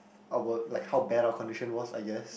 our like how bad our condition was I guess